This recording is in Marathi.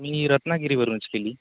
मी रत्नागिरीवरूनच केली